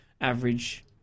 average